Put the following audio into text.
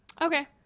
Okay